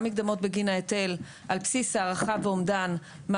גם מקדמות בגין ההיטל על בסיס הערכה ואומדן מה